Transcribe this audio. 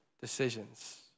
decisions